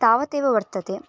तावदेव वर्तते